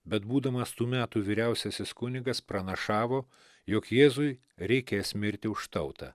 bet būdamas tų metų vyriausiasis kunigas pranašavo jog jėzui reikės mirti už tautą